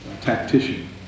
tactician